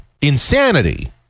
insanity